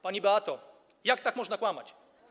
Pani Beato, jak tak można kłamać?